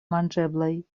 manĝeblaj